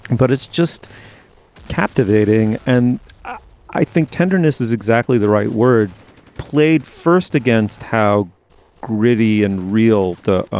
but it's just captivating and i think tenderness is exactly the right word played first against how gritty and real the